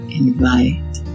invite